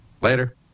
Later